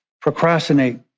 procrastinate